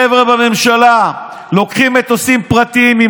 החבר'ה בממשלה לוקחים מטוסים פרטיים.